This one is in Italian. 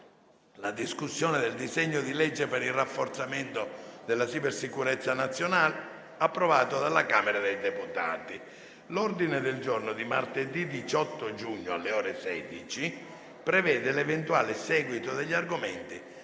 la discussione del disegno di legge per il rafforzamento della cybersicurezza nazionale, approvato dalla Camera dei deputati. L'ordine del giorno di martedì 18 giugno, alle ore 16, prevede l'eventuale seguito degli argomenti